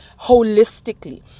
holistically